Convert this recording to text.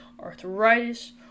arthritis